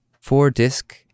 four-disc